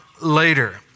later